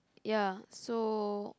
ya so